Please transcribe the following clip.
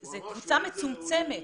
זאת קבוצה מצומצמת.